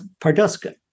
parduska